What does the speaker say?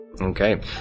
Okay